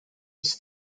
its